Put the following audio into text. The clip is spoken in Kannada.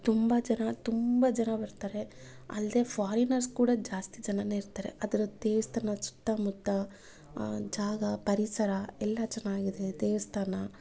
ತುಂಬ ಜನ ತುಂಬ ಜನ ಬರ್ತಾರೆ ಅಲ್ಲದೇ ಫಾರಿನರ್ಸ್ ಕೂಡ ಜಾಸ್ತಿ ಜನನೇ ಇರ್ತಾರೆ ಅದ್ರದ್ದು ದೇವಸ್ಥಾನದ ಸುತ್ತ ಮುತ್ತ ಜಾಗ ಪರಿಸರ ಎಲ್ಲ ಚೆನ್ನಾಗಿದೆ ದೇವಸ್ಥಾನ